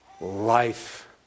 life